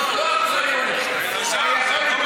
זאת לא אחריות, זה סגן,